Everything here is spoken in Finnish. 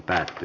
asia